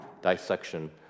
dissection